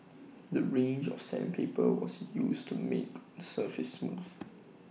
the range of sandpaper was used to make surface smooth